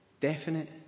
definite